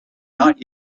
not